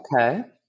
Okay